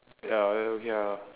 ya then okay ah